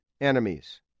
enemies